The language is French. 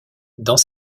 dans